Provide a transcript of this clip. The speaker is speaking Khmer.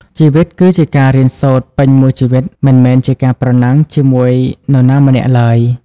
ជីវិតគឺជាការរៀនសូត្រពេញមួយជីវិត មិនមែនជាការប្រណាំងជាមួយនរណាម្នាក់ឡើយ។